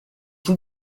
sydd